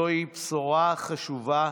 זוהי בשורה חשובה.